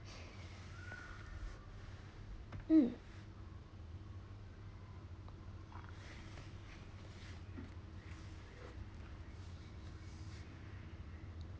mm